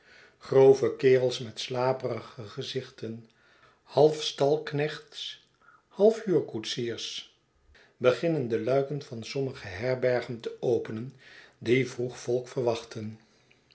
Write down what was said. grove kerels met slaperige gezichten half stalknechts half huurkoetsiers beginnen de luiken van sommige herbergen te openen die vroeg volk verwachten